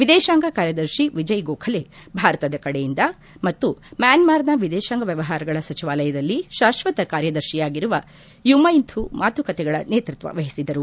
ವಿದೇಶಾಂಗ ಕಾರ್ಯದರ್ಶಿ ವಿಜಯ್ ಗೋಖಲೆ ಭಾರತದ ಕಡೆಯಿಂದ ಮತ್ತು ಮ್ನಾನ್ಮಾರ್ನ ವಿದೇಶಾಂಗ ವ್ಯವಹಾರಗಳ ಸಚಿವಾಲಯದಲ್ಲಿ ಶಾಶ್ಲತ ಕಾರ್ಯದರ್ಶಿಯಾಗಿರುವ ಯುಮೈಂಥು ಮಾತುಕತೆಗಳ ನೇತ್ಪತ್ಲ ವಹಿಸಿದ್ದರು